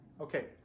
Okay